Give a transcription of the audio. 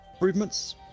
improvements